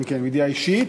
כן, כן, מידיעה אישית.